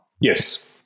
Yes